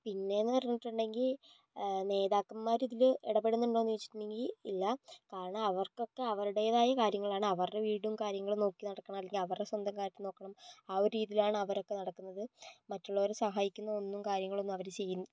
പിന്നെ എന്ന് പറഞ്ഞിട്ടുണ്ടെങ്കിൽ നേതാക്കന്മാര് ഇതിൽ ഇടപെടുന്നുണ്ടോയെന്ന് ചോദിച്ചിട്ടുണ്ടെങ്കിൽ ഇല്ല കാരണം അവർക്കൊക്കെ അവരുടേതായ കാര്യങ്ങൾ ആണ് അവരുടെ വീടും കാര്യങ്ങളും നോക്കി നടക്കണം അവരുടെ സ്വന്തം കാര്യങ്ങൾ നോക്കണം ആ ഒരു രീതിയിലാണ് അവരൊക്കെ നടക്കുന്നത് മറ്റുള്ളവരെ സഹായിക്കുന്നതൊന്നും കാര്യങ്ങളൊന്നും അവർ ചെയ്യു